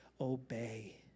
obey